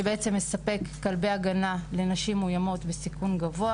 שבעצם מספק כלבי הגנה לנשים מאוימות בסיכון גבוה